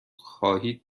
خواهید